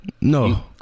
No